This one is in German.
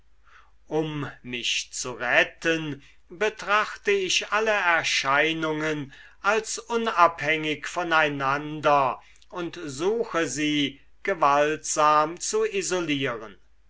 um mich zu retten betrachte ich alle erscheinungen als unabhängig voneinander und suche sie gewaltsam zu isolieren